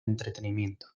entretenimiento